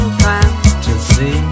fantasy